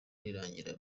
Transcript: riragira